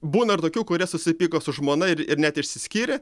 būna ir tokių kurie susipyko su žmona ir ir net išsiskyrė